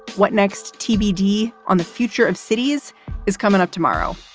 what next? tbd on the future of cities is coming up tomorrow.